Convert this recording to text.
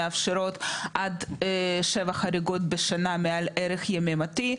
מאפשרות על שבע חריגות בשנה מעל ערך יממתי,